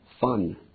fun